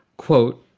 quote,